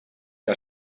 que